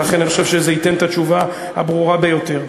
ולכן אני חושב שזה ייתן את התשובה הברורה ביותר.